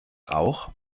auch